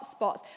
hotspots